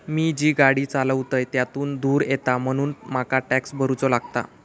मी जी गाडी चालवतय त्यातुन धुर येता म्हणून मका टॅक्स भरुचो लागता